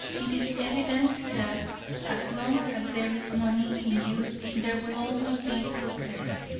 it is evident that as long as there is money in use there will always be boodlers.